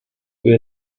peut